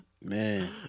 Man